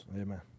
Amen